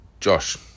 Josh